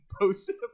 posted